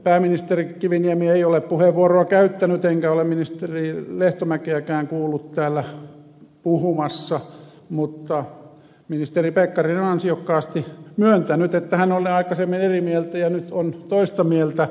pääministeri kiviniemi ei ole puheenvuoroa käyttänyt enkä ole ministeri lehtomäkeäkään kuullut täällä puhumassa mutta ministeri pekkarinen on ansiokkaasti myöntänyt että hän oli aikaisemmin eri mieltä ja nyt on toista mieltä